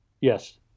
Yes